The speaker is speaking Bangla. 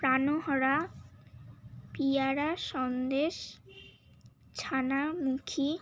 প্রাণহরা পিয়ারা সন্দেশ ছানামুখী